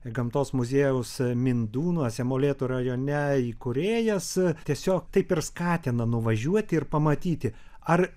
gamtos muziejaus mindūnuose molėtų rajone įkūrėjas tiesiog taip ir skatina nuvažiuoti ir pamatyti ar